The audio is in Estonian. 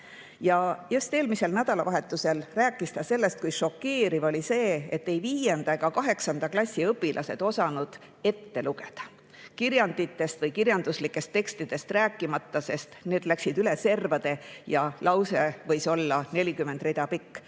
Just eelmisel nädalavahetusel ta rääkis, kui šokeeriv oli see, et ei viienda ega ka kaheksanda klassi õpilased ei osanud ette lugeda, kirjanditest ja kirjanduslikest tekstidest rääkimata, sest need läksid üle servade ja lause võis olla 40 rida pikk.